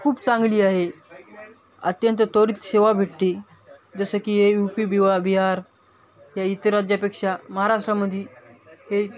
खूप चांगली आहे अत्यंत त्वरित सेवा भेटते जसं की हे यू पी बवा बिहार या इतर राज्यापेक्षा महाराष्ट्रामध्ये हे